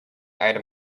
item